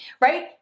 right